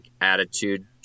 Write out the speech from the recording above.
attitude